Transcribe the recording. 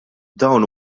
dawn